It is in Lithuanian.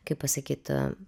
kaip pasakyt